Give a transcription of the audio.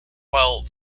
while